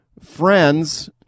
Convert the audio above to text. Friends